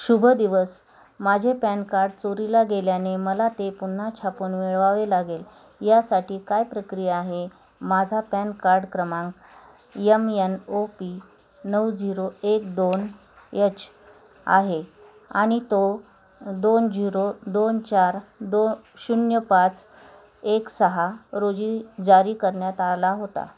शुभ दिवस माझे पॅन कार्ड चोरीला गेल्याने मला ते पुन्हा छापून मिळवावे लागेल यासाठी काय प्रक्रिया आहे माझा पॅन कार्ड क्रमांक यम यन ओ पी नऊ झिरो एक दोन यच आहे नि तो दोन झिरो दोन चार दो शून्य पाच एक सहा रोजी जारी करण्यात आला होता